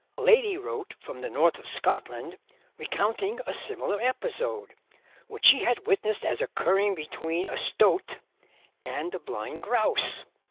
a lady wrote from the north of scotland recounting a similar episode which she had witnessed as occurring between a stoat and a blind grouse.